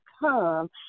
come